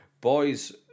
Boys